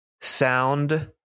sound